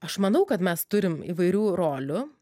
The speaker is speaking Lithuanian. aš manau kad mes turim įvairių rolių